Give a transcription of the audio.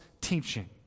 teaching